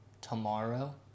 tomorrow